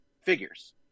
figures